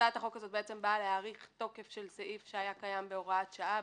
הצעת החוק הזאת באה להאריך תוקף של סעיף שהיה קיים בהוראת שעה.